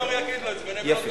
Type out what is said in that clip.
יפה.